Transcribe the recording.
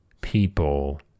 people